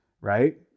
Right